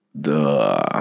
Duh